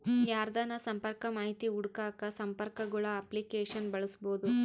ಯಾರ್ದನ ಸಂಪರ್ಕ ಮಾಹಿತಿ ಹುಡುಕಾಕ ಸಂಪರ್ಕಗುಳ ಅಪ್ಲಿಕೇಶನ್ನ ಬಳಸ್ಬೋದು